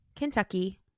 Kentucky